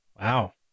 Wow